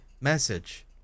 message